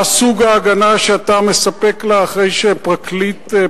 מה סוג ההגנה שאתה מספק לה אחרי שפרקליטיך